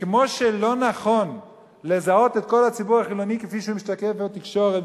וכמו שלא נכון לזהות את כל הציבור החילוני כפי שהוא משתקף בתקשורת,